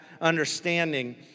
understanding